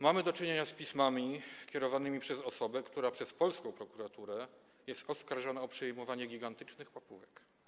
Mamy do czynienia z pismami kierowanymi przez osobę, która przez polską prokuraturę jest oskarżana o przyjmowanie gigantycznych łapówek.